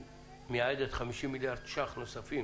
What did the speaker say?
שמייעדת 50 מיליארד ש"ח נוספים